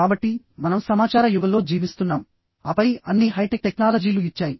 కాబట్టి మనం సమాచార యుగంలో జీవిస్తున్నాం ఆపై అన్ని హైటెక్ టెక్నాలజీలు ఇచ్చాయి